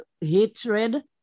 hatred